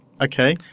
Okay